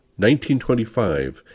1925